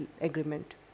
agreement